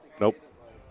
Nope